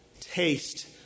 taste